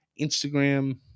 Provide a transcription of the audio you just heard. instagram